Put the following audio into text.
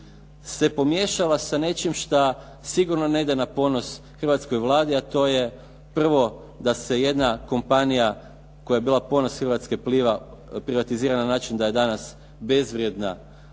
se pomiješala sa nečim šta sigurno ne ide na ponos hrvatskoj Vladi a to je: Prvo, da se jedna kompanija koja je bila ponos Hrvatske Pliva privatizira na način da je danas bezvrijedna.